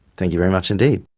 thank you very much indeed.